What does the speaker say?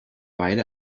weile